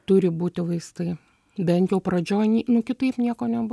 turi būti vaistai bent jau pradžioj ni nu kitaip nieko nebu